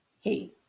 Hey